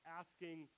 asking